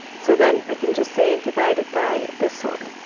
so then i can just say divided by this one.